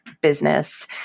business